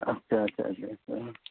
अच्छा अच्छा अच्छा अच्छा हां